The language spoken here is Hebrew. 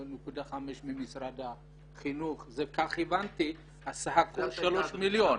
1.5 ממשרד החינוך, ככה הבנתי הסך הכל 3 מיליון.